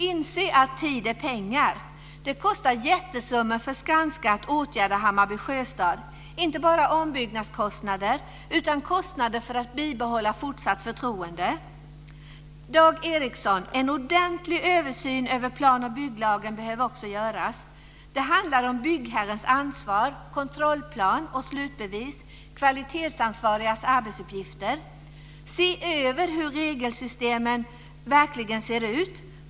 Inse att tid är pengar. Det kostar jättesummor för Skanska att åtgärda Hammarby Sjöstad. Det är inte bara ombyggnadskostnader, utan kostnader för att bibehålla fortsatt förtroende. Dag Ericson! En ordentlig översyn över plan och bygglagen behöver också göras. Det handlar om byggherrens ansvar, kontrollplan och slutbevis samt kvalitetsansvarigas arbetsuppgifter. Se över hur regelsystemet verkligen ser ut!